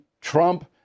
Trump